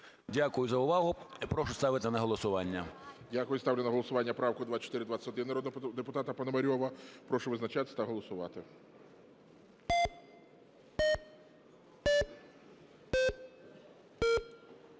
Дякую за увагу. Прошу поставити на голосування. ГОЛОВУЮЧИЙ. Дякую. Ставлю на голосування правку 2421 народного депутата Пономарьова. Прошу визначатися та голосувати.